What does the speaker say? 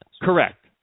Correct